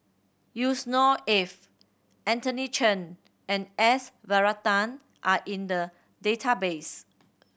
Yusnor Ef Anthony Chen and S Varathan are in the database